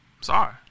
sorry